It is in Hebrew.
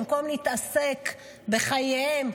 במקום להתעסק בחייהם,